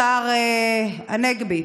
השר הנגבי,